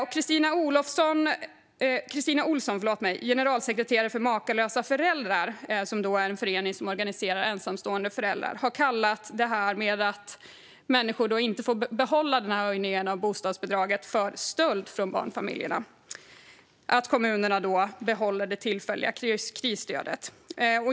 Christina Olsson, generalsekreterare för Makalösa Föräldrar, en förening som organiserar ensamstående föräldrar, har kallat detta att människor inte får behålla höjningen av bostadsbidraget för stöld från barnfamiljerna, det vill säga att kommunerna behåller det tillfälliga krisstödet.